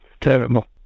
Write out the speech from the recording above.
Terrible